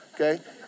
okay